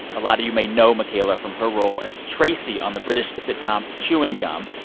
a lot of you may know michaela from her role as tracey on the british sitcom chewing gum.